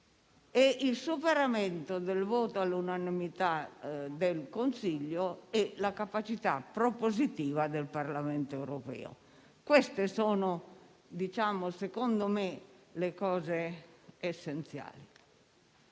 il superamento del voto all'unanimità del Consiglio e la capacità propositiva del Parlamento europeo. Queste sono, secondo me, le questioni essenziali.